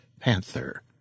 Panther